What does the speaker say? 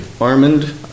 Armand